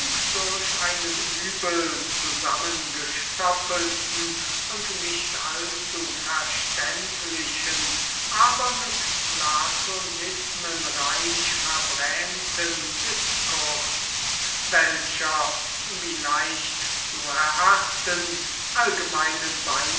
durch einen übel zusammengestoppten und nicht allzuverständlichen aber mit platonismen reich verbrämten diskurs welcher wie leicht zu erachten